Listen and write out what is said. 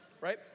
Right